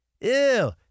Ew